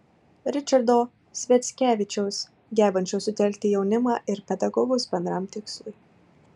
ričardo sviackevičiaus gebančio sutelkti jaunimą ir pedagogus bendram tikslui